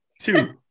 two